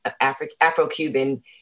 Afro-Cuban